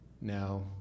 Now